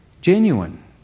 genuine